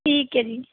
ਠੀਕ ਹੈ ਜੀ